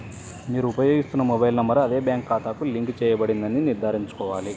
మీరు ఉపయోగిస్తున్న mobile number అదే బ్యాంక్ ఖాతాకు లింక్ చేయబడిందని నిర్ధారించుకోవాలి